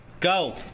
Go